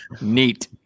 Neat